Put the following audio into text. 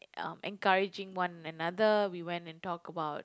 um encouraging one another we went and talk about